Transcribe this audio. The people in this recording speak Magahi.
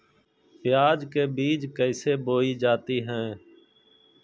प्याज के बीज कैसे बोई जाती हैं?